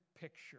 picture